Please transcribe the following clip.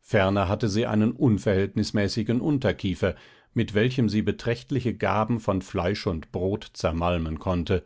ferner hatte sie einen unverhältnismäßigen unterkiefer mit welchem sie beträchtliche gaben von fleisch und brot zermalmen konnte